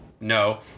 No